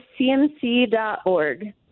cmc.org